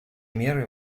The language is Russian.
меры